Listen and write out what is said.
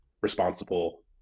responsible